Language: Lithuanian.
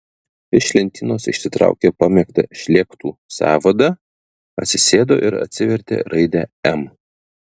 iš lentynos išsitraukė pamėgtą šlėktų sąvadą atsisėdo ir atsivertė raidę m